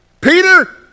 Peter